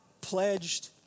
pledged